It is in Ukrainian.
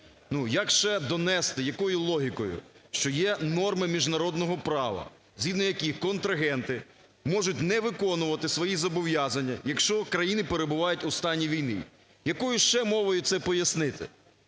як ще донести? Якою логікою? Що є норми міжнародного права, згідно яких контрагенти можуть не виконувати свої зобов'язання, якщо країни перебувають у стані війни. Якою ще мовою це пояснити?